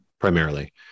primarily